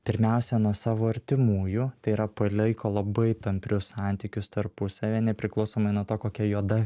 pirmiausia nuo savo artimųjų tai yra palaiko labai tamprius santykius tarpusavyje nepriklausomai nuo to kokia juoda